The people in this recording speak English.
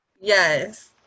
Yes